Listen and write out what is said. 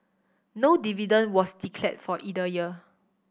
no dividend was declared for either year